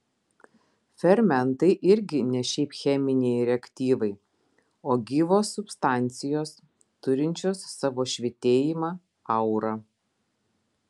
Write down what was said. fermentai irgi ne šiaip cheminiai reaktyvai o gyvos substancijos turinčios savo švytėjimą aurą